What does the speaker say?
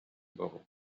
بابا